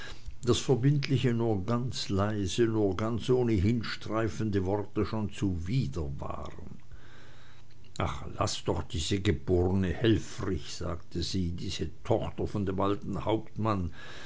das verbindliche nur ganz leise nur ganz obenhin streifende worte schon zuwider waren ach laß doch diese geborne helfrich sagte sie diese tochter von dem alten hauptmann